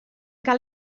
cael